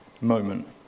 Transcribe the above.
moment